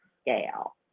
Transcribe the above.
scale